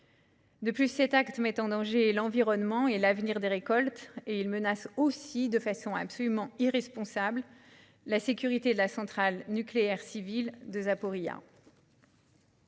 De plus, cet acte met en danger l'environnement et l'avenir des récoltes. Il menace aussi de façon irresponsable la sécurité de la centrale nucléaire civile de Zaporijia.